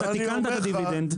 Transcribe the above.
אתה תיקנת את הדיווידנד.